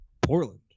Portland